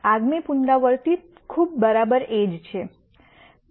આગામી પુનરાવૃત્તિ ખૂબ બરાબર એ જ છે